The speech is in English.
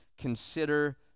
consider